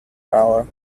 hour